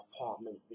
apartment